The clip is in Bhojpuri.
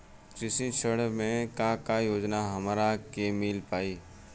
कृषि ऋण मे का का योजना हमरा के मिल पाई?